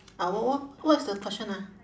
ah what what what is the question ah